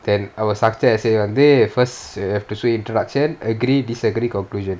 then our structure will say வந்து:vanthu first you have to say production agree disagree conclusion